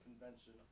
convention